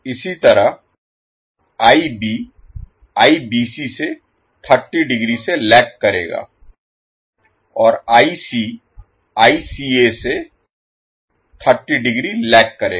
इसी तरह से 30 डिग्री से लैग करेगा और से 30 डिग्री लैग करेगा